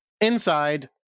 inside